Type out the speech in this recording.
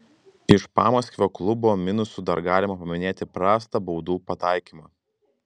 iš pamaskvio klubo minusų dar galima paminėti prastą baudų pataikymą